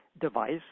device